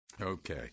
Okay